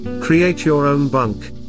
create-your-own-bunk